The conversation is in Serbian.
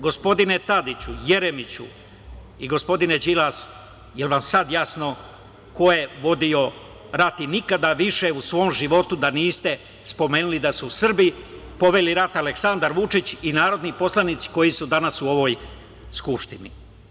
Gospodine Tadiću, Jeremiću i gospodine Đilas, jel vam sada jasno ko je vodio rat i nikada više u svom životu da niste spomenuli da su Srbi poveli rat, Aleksandar Vučić i narodni poslanici, koji su danas u ovoj skupštini.